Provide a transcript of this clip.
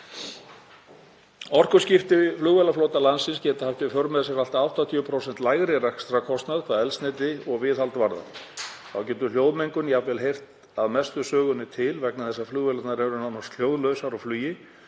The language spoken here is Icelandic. Orkuskipti í flugvélaflota landsins geta haft í för með sér allt að 80% lægri rekstrarkostnað hvað eldsneyti og viðhald varðar. Þá getur hljóðmengun jafnvel heyrt að mestu sögunni til vegna þess að vélarnar eru nánast hljóðlausar á flugi